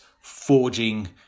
forging